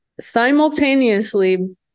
simultaneously